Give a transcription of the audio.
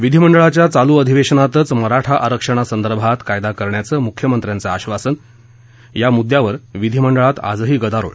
विधीमंडळाच्या चालू अधिवेशनातच मराठा आरक्षणासंदर्भात कायदा करण्याचं मुख्यमंत्र्यांचं आब्वासन या मुद्यावर विधिमंडळात आजही गदारोळ